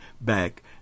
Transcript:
back